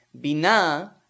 Bina